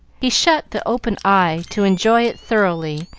he shut the open eye to enjoy it thoroughly,